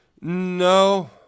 No